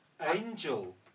Angel